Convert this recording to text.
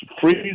Freeze